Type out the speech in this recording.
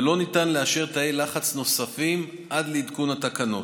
ולא ניתן לאשר תאי לחץ נוספים עד לעדכון התקנות.